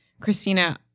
Christina